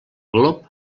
glop